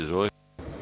Izvolite.